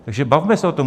Takže bavme se o tom.